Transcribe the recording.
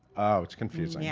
oh, it's confusing. yeah,